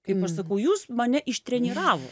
kaip aš sakau jūs mane ištreniravo